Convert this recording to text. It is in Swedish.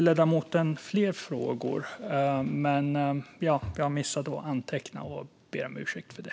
Ledamoten hade fler frågor, men jag missade att anteckna dem. Jag ber om ursäkt för det.